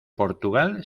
portugal